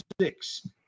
six